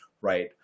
right